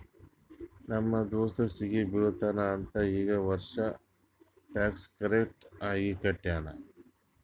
ನಮ್ ದೋಸ್ತ ಸಿಗಿ ಬೀಳ್ತಾನ್ ಅಂತ್ ಈ ವರ್ಷ ಟ್ಯಾಕ್ಸ್ ಕರೆಕ್ಟ್ ಆಗಿ ಕಟ್ಯಾನ್